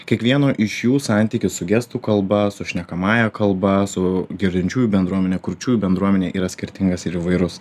kiekvieno iš jų santykis su gestų kalba su šnekamąja kalba su girdinčiųjų bendruomene kurčiųjų bendruomene yra skirtingas ir įvairus